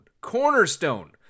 cornerstone